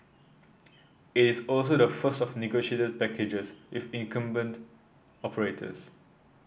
it is also the first of negotiated packages with incumbent operators